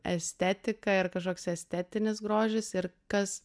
estetika ir kažkoks estetinis grožis ir kas